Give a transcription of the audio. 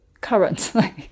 currently